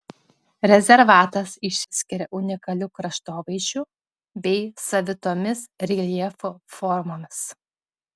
rezervatas išsiskiria unikaliu kraštovaizdžiu bei savitomis reljefo formomis